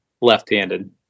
left-handed